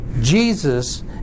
Jesus